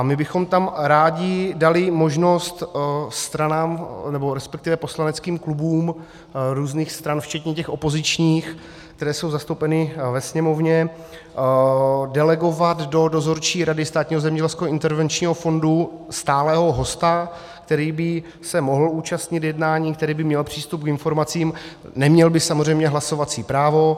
My bychom tam rádi dali i možnost stranám, resp. poslaneckým klubům různých stran, včetně těch opozičních, které jsou zastoupeny ve Sněmovně, delegovat do dozorčí rady Státního zemědělského intervenčního fondu stálého hosta, který by se mohl účastnit jednání, který by měl přístup k informacím, neměl by samozřejmě hlasovací právo.